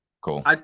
cool